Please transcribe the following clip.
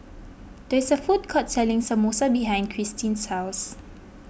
there is a food court selling Samosa behind Christene's house